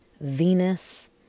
Venus